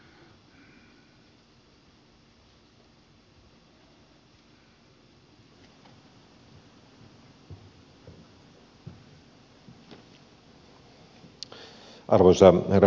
arvoisa herra puhemies